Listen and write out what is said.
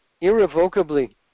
irrevocably